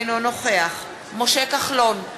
אינו נוכח משה כחלון,